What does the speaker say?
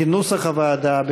כנוסח הוועדה,